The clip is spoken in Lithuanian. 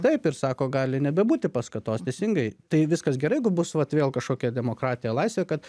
taip ir sako gali nebebūti paskatos teisingai tai viskas gerai jeigu bus vat vėl kažkokia demokratija laisvė kad